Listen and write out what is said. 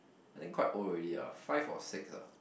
I think quite old already ah five or six ah